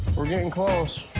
we're getting close.